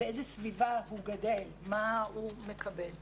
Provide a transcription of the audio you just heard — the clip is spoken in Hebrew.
באיזה סביבה הוא גדל ומה הוא מקבל.